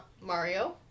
Mario